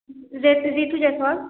Ritu Jaiswal